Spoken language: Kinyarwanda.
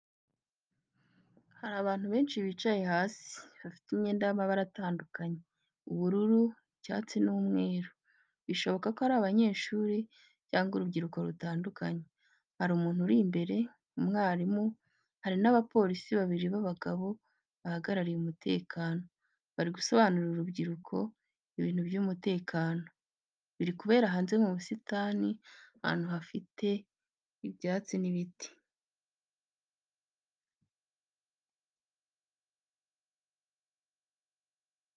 Hari abantu benshi bicaye hasi, bafite imyenda y’amabara atandukanye: ubururu, icyatsi n'umweru, bishoboka ko ari abanyeshuri cyangwa urubyiruko rutandukanye. Hari umuntu uri imbere, umwarimu, hari n’abapolisi babiri b'abagabo bahagarariye umutekano, bari gusobanurira urubyiruko ibintu by’umutekano. Biri kubera hanze mu busitani, ahantu hafite ibyatsi n’ibiti.